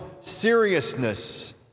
seriousness